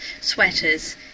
sweaters